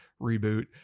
reboot